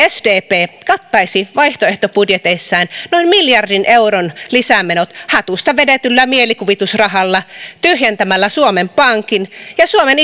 sdp kattaisi vaihtoehtobudjeteissaan noin miljardin euron lisämenot hatusta vedetyllä mielikuvitusrahalla tyhjentämällä suomen pankin ja suomen